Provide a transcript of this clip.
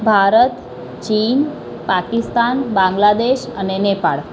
ભારત ચીન પાકિસ્તાન બાંગ્લાદેશ અને નેપાળ